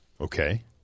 Okay